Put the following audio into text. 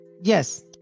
Yes